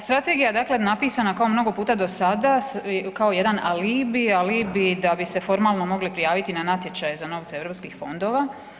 Strategija je dakle napisana kao mnogo puta do sada kao jedan alibi, alibi da bi se formalno mogli prijaviti na natječaje za novce europskih fondova.